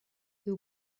who